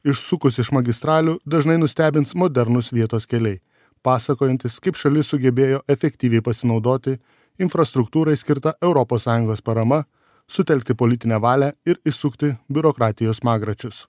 išsukus iš magistralių dažnai nustebins modernūs vietos keliai pasakojantys kaip šalis sugebėjo efektyviai pasinaudoti infrastruktūrai skirta europos sąjungos parama sutelkti politinę valią ir įsukti biurokratijos smagračius